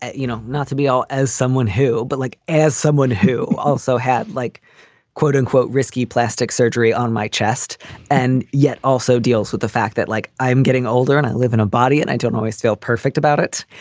you know, not to be all. as someone who but like as someone who also had like quote unquote, risky plastic surgery on my chest and yet also deals with the fact that like i'm getting older and i live in a body and i don't always feel perfect about it.